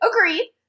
Agreed